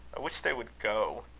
wish they would go.